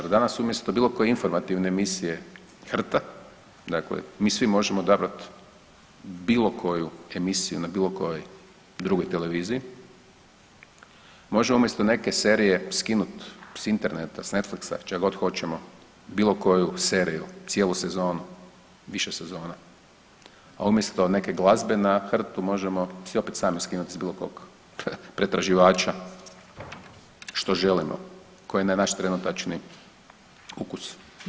Jer danas umjesto bilo koje informativne emisije HRT-a, dakle mi svi možemo odabrati bilo koju emisiju na bilo kojoj drugoj televiziji, možemo umjesto neke serije skinuti s interneta, s Netflixa, s čega god hoćemo bilo koju seriju, cijelu sezonu, više sezona, a umjesto neke glazbe na HRT-u možemo si opet sami skinuti s bilo kog pretraživača, što želimo, koji je naš trenutačni ukus.